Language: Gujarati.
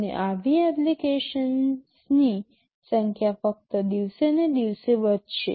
અને આવી એપ્લિકેશન્સની સંખ્યા ફક્ત દિવસેને દિવસે વધશે